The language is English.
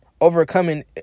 overcoming